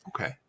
okay